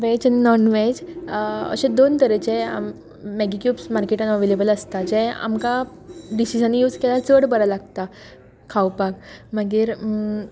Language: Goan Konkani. वेज आनी नॉन वेज अशे दोन तरेचे मॅगी क्युब्स मार्केटान अवेलेबल आसता जे आमकां डिशिसांनी यूज केल्यार चड बरे लागता खावपाक मागीर